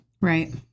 Right